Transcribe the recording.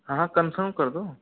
हाँ हाँ कन्फर्म कर दो